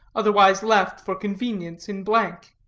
otherwise left for convenience in blank.